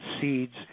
seeds